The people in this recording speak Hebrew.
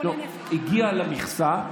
המשמעות